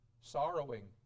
sorrowing